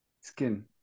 skin